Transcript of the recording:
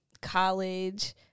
college